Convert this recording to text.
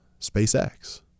SpaceX